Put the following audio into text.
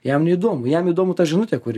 jam neįdomu jam įdomu ta žinutė kuri